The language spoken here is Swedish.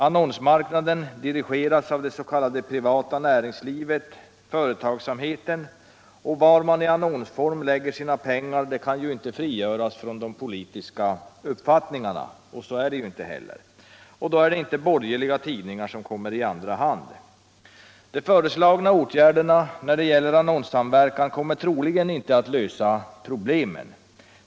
Annonsmarknaden dirigeras av den s.k. privata företagsamheten, och var man i annonsform lägger sina pengar kan inte frigöras från de politiska uppfattningarna. Då är det inte borgerliga tidningar som kommer i andra hand. De föreslagna åtgärderna när det gäller annonssamverkan kommer troligen inte att lösa problemen.